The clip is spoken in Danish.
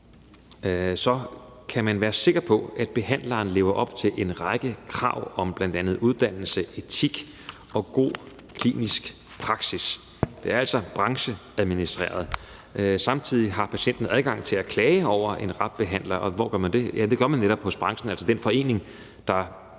kan man være sikker på, at behandleren lever op til en række krav om bl.a. uddannelse, etik og god klinisk praksis. Det er altså brancheadministreret. Samtidig har patienten adgang til at klage over en RAB-behandler. Og hvor gør man det? Ja, det gør man netop hos branchen, altså den forening, der